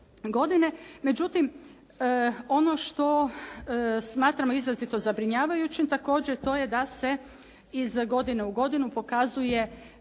godine. Međutim, ono što smatramo izrazito zabrinjavajućim, također to je da se iz godine u godinu pokazuje